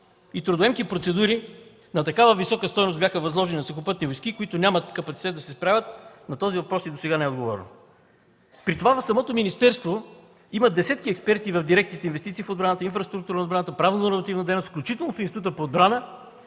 и трудоемки процедури на такава висока стойност бяха възложени на Сухопътни войски, които нямат капацитет да се справят? На този въпрос и досега не е отговорено. При това в самото министерство има десетки експерти в дирекциите „Инвестиции в отбраната”, „Инфраструктура на отбраната“, „Правно-нормативна дейност”, включително и в Института по отбрана,